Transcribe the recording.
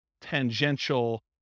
tangential